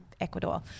Ecuador